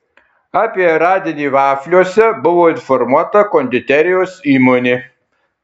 apie radinį vafliuose buvo informuota konditerijos įmonė